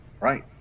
right